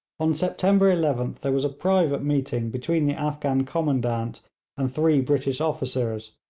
on september eleventh was a private meeting between the afghan commandant and three british officers,